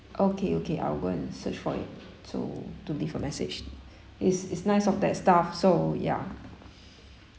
okay okay I will go and search for it to to leave a message it's it's nice of that staff so ya